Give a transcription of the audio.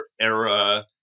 era